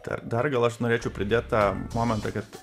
tai ar dar gal aš norėčiau pridėt tą momentą kad